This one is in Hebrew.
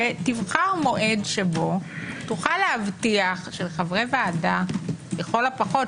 שתבחר מועד שבו תוכל להבטיח שחברי ועדה לכל הפחות,